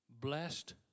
blessed